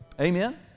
Amen